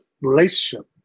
relationship